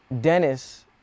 Dennis